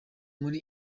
muri